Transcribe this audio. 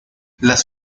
las